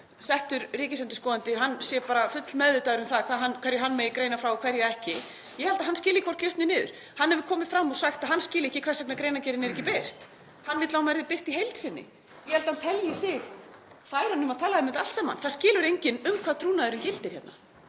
settur ríkisendurskoðandi sé bara fullmeðvitaður um hverju hann megi greina frá og hverju ekki. Ég held að hann skilji hvorki upp né niður. Hann hefur komið fram og sagt að hann skilji ekki hvers vegna greinargerðin er ekki birt. Hann vill að hún verði birt í heild sinni. Ég held hann telji sig færan um að tala um þetta allt saman, það skilur enginn um hvað trúnaðurinn gildir hérna.